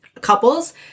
couples